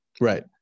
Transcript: Right